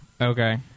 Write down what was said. Okay